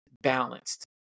balanced